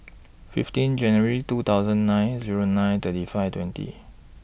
fifteen January two thousand nine Zero nine thirty five twenty